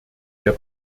der